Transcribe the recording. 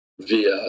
via